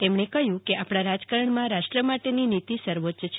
તેમણે કહ્યું આપણા રાજકારણમાં રાષ્ટ્ર માટેની નીતિ સર્વોચ્ય છે